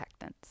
protectants